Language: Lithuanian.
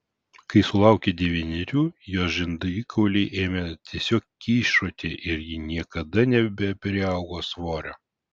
kai sulaukė devynerių jos žandikauliai ėmė tiesiog kyšoti ir ji niekada nebepriaugo svorio